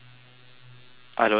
I don't hear anything